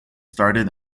started